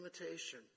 imitation